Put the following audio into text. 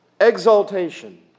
exaltation